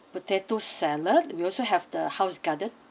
potato salad we also have the house garden